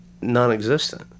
non-existent